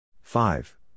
Five